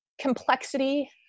complexity